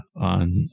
on